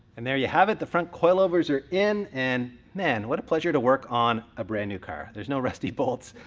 and there you have it. the front coilovers are in, and man, what a pleasure to work on a brand new car. there's no rusty bolts.